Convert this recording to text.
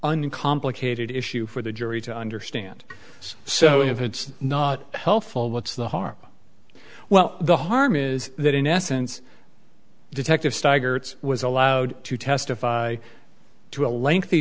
uncomplicated issue for the jury to understand so if it's not helpful what's the harm well the harm is that in essence detective steiger it's was allowed to testify to a lengthy